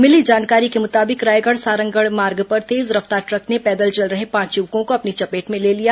मिली जानकारी के मुताबिक रायगढ़ सारंगढ़ मार्ग पर तेज रफ्तार ट्रक ने पैदल चल रहे पांच युवकों को अपनी चपेट में ले लिया